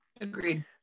Agreed